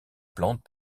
plante